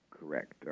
Correct